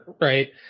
right